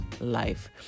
Life